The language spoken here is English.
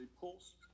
pulse